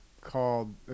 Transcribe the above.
called